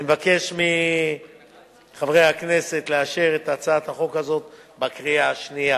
אני מבקש מחברי הכנסת לאשר את הצעת החוק הזאת בקריאה שנייה